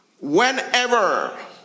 Whenever